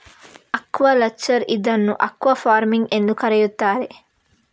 aquaculture ಇದನ್ನು aquafarming ಎಂದೂ ಕರೆಯುತ್ತಾರೆ